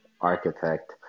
architect